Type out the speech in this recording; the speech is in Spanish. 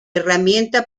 herramienta